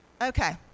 Okay